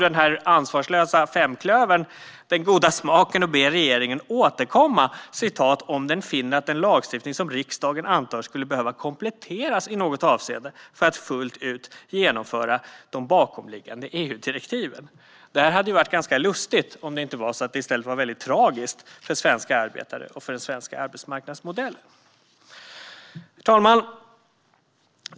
Den här ansvarslösa femklövern har också den goda smaken att be regeringen att återkomma "om den finner att den lagstiftning som riksdagen antar skulle behöva kompletteras i något avseende för att fullt ut genomföra de bakomliggande EU-direktiven". Detta hade varit ganska lustigt om det inte var väldigt tragiskt för svenska arbetare och för den svenska arbetsmarknadsmodellen. Herr talman!